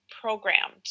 programmed